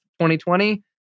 2020